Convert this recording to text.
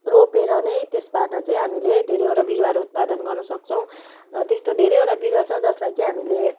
रोपेर नै त्यसबाट चाहिँ हामीले धेरैवटा बिरुवाहरू उत्पादन गर्न सक्छौँ र त्यस्तो धेरैवटा बिरुवा छ जसलाई चाहिँ हामीले